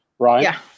Right